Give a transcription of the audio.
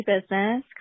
Business